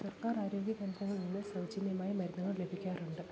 സർക്കാർ ആരോഗ്യ കേന്ദ്രങ്ങളിൽ നിന്ന് സൗജന്യമായി മരുന്നുകൾ ലഭിക്കാറുണ്ട്